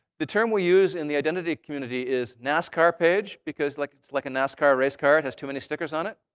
the term we use in the identity community is nascar page because like it's like a nascar race car, it has too many stickers on it.